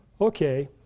Okay